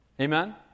Amen